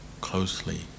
closely